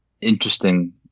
interesting